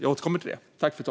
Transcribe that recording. Jag återkommer till det.